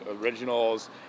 originals